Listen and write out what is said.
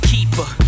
Keeper